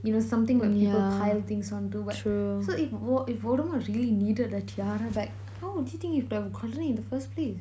you know something when you pile things onto [what] so if vol~ if voldemort really needed the tiara back how would you think that he would have got it in the first place